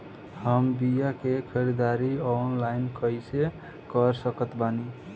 हम बीया के ख़रीदारी ऑनलाइन कैसे कर सकत बानी?